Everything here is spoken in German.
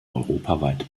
europaweit